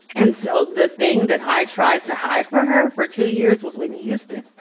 and so the thing that i tried to hide for her for two years was whitney houston,